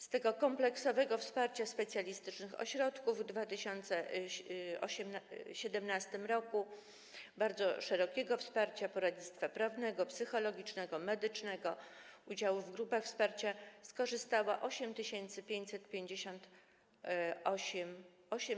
Z tego kompleksowego wsparcia specjalistycznych ośrodków w 2017 r., bardzo szerokiego wsparcia poradnictwa prawnego, psychologicznego, medycznego, udziałów w grupach wsparcia skorzystało 8558 osób.